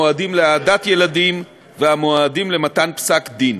המועדים להעדת ילדים והמועדים למתן פסק-דין.